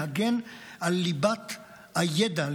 להגן על ליבת הידע,